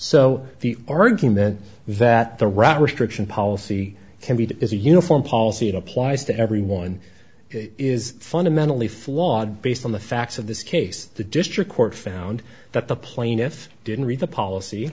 so the argument that the rat restriction policy can be is a uniform policy it applies to everyone is fundamentally flawed based on the facts of this case the district court found that the plaintiff didn't read the policy